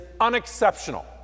unexceptional